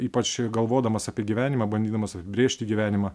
ypač galvodamas apie gyvenimą bandydamas apibrėžti gyvenimą